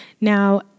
Now